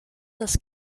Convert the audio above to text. das